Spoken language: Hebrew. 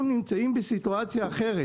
אנחנו נמצאים בסיטואציה אחרת,